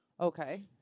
Okay